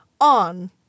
on